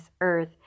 earth